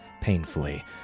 painfully